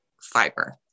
fiber